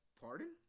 Pardon